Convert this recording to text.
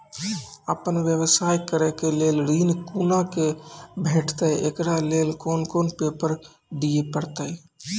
आपन व्यवसाय करै के लेल ऋण कुना के भेंटते एकरा लेल कौन कौन पेपर दिए परतै?